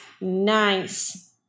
nice